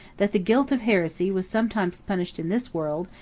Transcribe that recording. that the guilt of heresy was sometimes punished in this world,